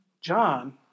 John